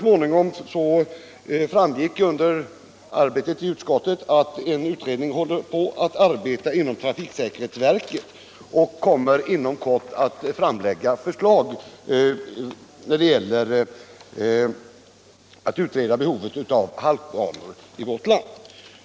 Men under arbetet i utskottet framgick det så småningom att en arbetsgrupp inom trafiksäkerhetsverket håller på att ytterligare utreda behovet av halkbanor i vårt land och inom kort kommer att lägga fram förslag i ämnet.